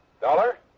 Dollar